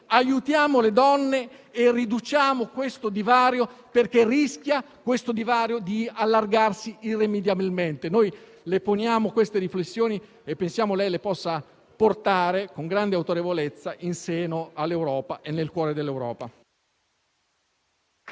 Aiutiamo le donne e riduciamo tale divario, perché rischia di allargarsi irrimediabilmente. Le proponiamo queste riflessioni e pensiamo che le possa portare, con grande autorevolezza, in seno e nel cuore dell'Europa.